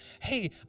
hey